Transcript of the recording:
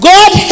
God